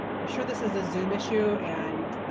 i'm sure this is a zoom issue and